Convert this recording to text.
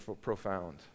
profound